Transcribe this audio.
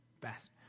best